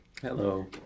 Hello